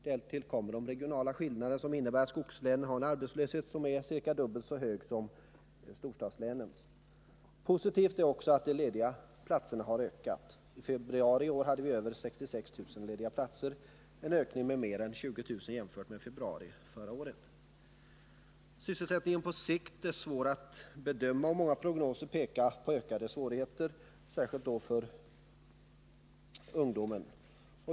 Därtill kommer de regionala skillnaderna som innebär att skogslänen har en arbetslöshet som är ungefär dubbelt så hög som t.ex. storstadslänens. Positivt är också att antalet lediga platser har ökat, I februari i år hade vi över 66 000 lediga platser — en ökning med mer än 20 000 jämfört med februari förra året. Sysselsättningen på sikt är svår att bedöma, och många prognoser pekar på ökade svårigheter, särskilt då för ungdomen.